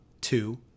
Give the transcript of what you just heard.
two